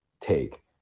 take